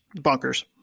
Bunkers